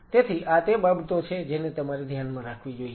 તેથી આ તે બાબતો છે જેને તમારે ધ્યાનમાં રાખવી જોઈએ